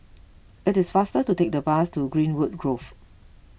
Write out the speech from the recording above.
it is faster to take the bus to Greenwood Grove